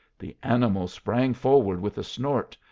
the animal sprang forward with a snort,